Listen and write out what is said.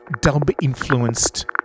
Dub-influenced